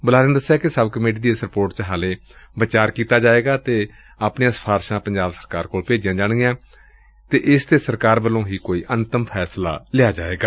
ਬੁਲਾਰੇ ਨੇ ਦੱਸਿਆ ਕਿ ਸਬ ਕਮੇਟੀ ਦੀ ਇਸ ਰਿਪੋਰਟ ਤੇ ਹਾਲੇ ਵਿਚਾਰ ਕੀਤਾ ਜਾਵੇਗਾ ਅਤੇ ਆਪਣੀਆਂ ਸਿਫ਼ਾਰਸਾਂ ਪੰਜਾਬ ਸਰਕਾਰ ਕੋਲ ਭੇਜੀਆਂ ਜਾਣਗੀਆਂ ਜਿਸ ਤੇ ਸਰਕਾਰ ਵੱਲੋਂ ਹੀ ਕੋਈ ਅੰਤਿਮ ਫ਼ੈਸਲਾ ਲਿਆ ਜਾਵੇਗਾ